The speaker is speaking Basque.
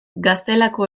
gaztelako